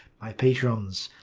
my patrons,